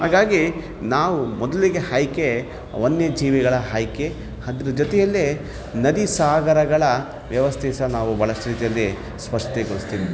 ಹಾಗಾಗಿ ನಾವು ಮೊದಲಿಗೆ ಆಯ್ಕೆ ವನ್ಯ ಜೀವಿಗಳ ಆಯ್ಕೆ ಅದ್ರ್ ಜೊತೆಯಲ್ಲೇ ನದಿ ಸಾಗರಗಳ ವ್ಯವಸ್ಥೆ ಸಹ ನಾವು ಬಹಳಷ್ಟು ರೀತಿಯಲ್ಲಿ ಸ್ಪಷ್ಟಿಗೊಳಿಸ್ತೀವಿ